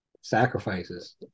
Sacrifices